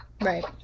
Right